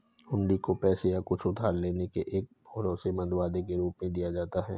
हुंडी को पैसे या कुछ और उधार लेने के एक भरोसेमंद वादे के रूप में दिया जाता है